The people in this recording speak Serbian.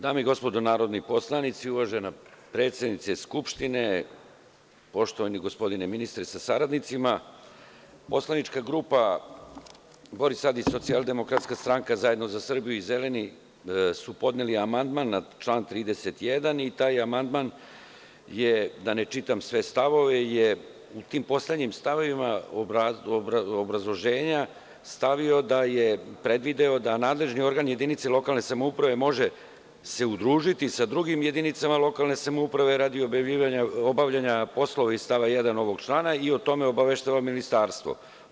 Dame i gospodo narodni poslanici, uvažena predsednice Skupštine, poštovani gospodine ministre sa saradnicima, poslanička grupa Boris Tadić-Socijaldemokratska stranka-ZZS i ZS su podneli amandman na član 31. i taj amandman, da ne čitam sve stavove, je u tim poslednjim stavovima obrazloženja stavio da je predvideo da se nadležni organ jedinice lokalne samouprave može udružiti sa drugim jedinicama lokalne samouprave radi obavljanja poslova iz stava 1. ovog člana i o tome obaveštava ministarstvo.